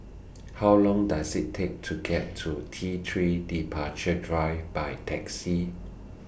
How Long Does IT Take to get to T three Departure Drive By Taxi